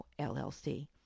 LLC